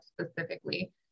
specifically